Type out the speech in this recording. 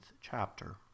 chapter